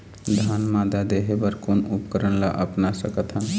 धान मादा देहे बर कोन उपकरण ला अपना सकथन?